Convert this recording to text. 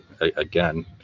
Again